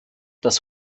das